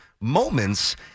moments